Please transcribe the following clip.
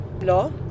law